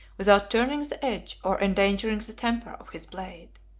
without turning the edge, or endangering the temper, of his blade.